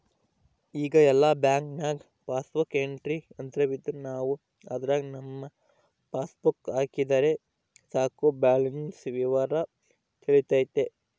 ಈಗ ಎಲ್ಲ ಬ್ಯಾಂಕ್ನಾಗ ಪಾಸ್ಬುಕ್ ಎಂಟ್ರಿ ಯಂತ್ರವಿದ್ದು ನಾವು ಅದರಾಗ ನಮ್ಮ ಪಾಸ್ಬುಕ್ ಹಾಕಿದರೆ ಸಾಕು ಬ್ಯಾಲೆನ್ಸ್ ವಿವರ ತಿಳಿತತೆ